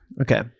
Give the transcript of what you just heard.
Okay